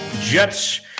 Jets